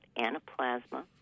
anaplasma